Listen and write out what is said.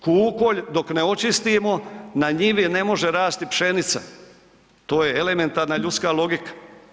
Kukolj dok ne očistimo na njivi ne može rasti pšenica, to je elementarna ljudska logika.